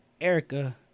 Erica